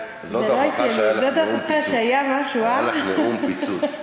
יעל, זאת ההוכחה שהיה לך נאום פיצוץ.